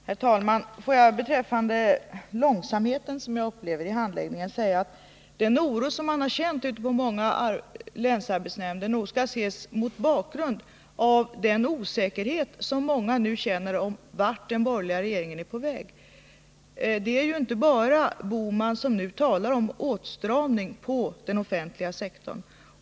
Herr talman! Får jag beträffande den långsamhet i handläggningen som jag har upplevt säga att den oro man känt ute på många länsarbetsnämnder nog skall ses mot bakgrund av osäkerheten hos många om vart den borgerliga regeringen är på väg. Det är inte bara Gösta Bohman som nu talar om åtstramning på den offentliga sektorn.